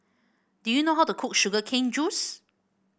do you know how to cook Sugar Cane Juice